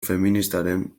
feministaren